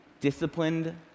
disciplined